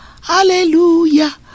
hallelujah